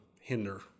hinder